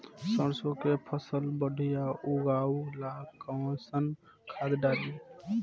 सरसों के फसल बढ़िया उगावे ला कैसन खाद डाली?